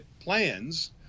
plans